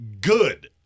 good